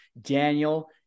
Daniel